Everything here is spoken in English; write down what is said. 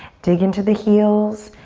dig into the heels.